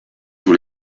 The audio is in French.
sur